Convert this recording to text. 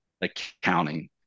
accounting